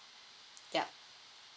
yup